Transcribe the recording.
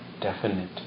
definite